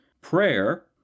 prayer